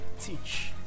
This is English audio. teach